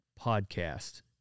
podcast